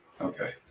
Okay